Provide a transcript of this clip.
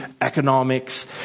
economics